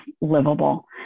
livable